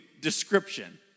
description